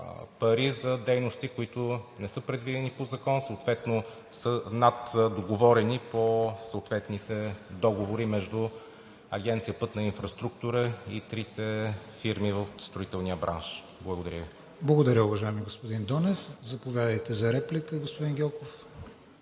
пари за дейности, които не са предвидени по закон, съответно са наддоговорени по съответните договори между Агенция „Пътна инфраструктура“ и трите фирми от строителния бранш. Благодаря Ви. ПРЕДСЕДАТЕЛ КРИСТИАН ВИГЕНИН: Благодаря, уважаеми господин Донев. Заповядайте за реплика, господин Гьоков.